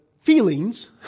feelings